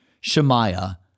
Shemaiah